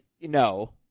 no